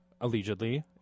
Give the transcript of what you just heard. allegedly